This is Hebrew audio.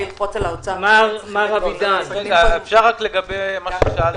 מה צריך --- אפשר רק לגבי מה ששאלתי,